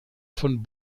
von